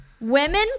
women